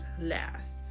last